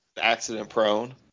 Accident-prone